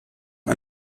die